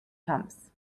pumps